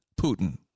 Putin